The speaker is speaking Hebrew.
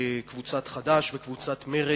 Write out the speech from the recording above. קבוצת חד"ש וקבוצת מרצ,